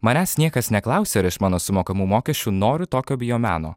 manęs niekas neklausė ar iš mano sumokamų mokesčių noriu tokio biomeno